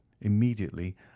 immediately